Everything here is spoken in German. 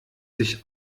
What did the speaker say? sich